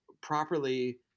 properly